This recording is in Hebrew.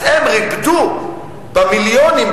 אז הם ריפדו במיליונים,